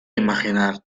imaginar